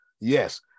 yes